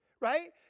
Right